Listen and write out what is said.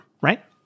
right